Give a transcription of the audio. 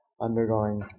undergoing